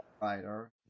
writer